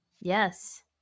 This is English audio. Yes